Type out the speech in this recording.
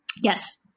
Yes